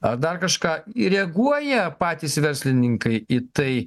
ar dar kažką reaguoja patys verslininkai į tai